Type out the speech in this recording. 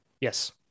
Yes